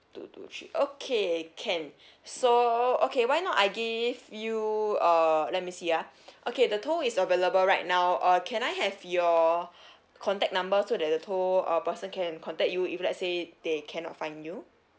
two two three okay can so okay why not I give you uh let me see ah okay the tow is available right now uh can I have your contact number so that the tow uh person can contact you if let say they cannot find you